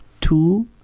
two